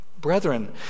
Brethren